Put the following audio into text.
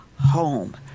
home